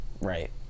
Right